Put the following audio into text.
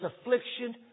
affliction